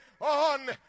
on